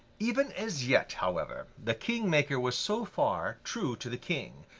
even as yet, however, the king-maker was so far true to the king,